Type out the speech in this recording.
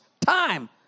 time